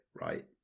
right